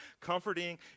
comforting